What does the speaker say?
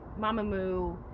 Mamamoo